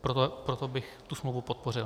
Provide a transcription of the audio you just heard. Proto bych tu smlouvu podpořil.